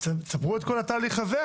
תספרו את כל התהליך הזה,